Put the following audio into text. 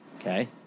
Okay